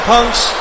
Punk's